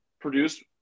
Produced